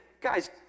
guys